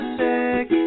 sick